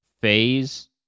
Phase